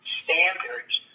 standards